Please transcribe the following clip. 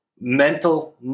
mental